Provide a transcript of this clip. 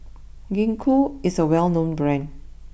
Gingko is a well known Brand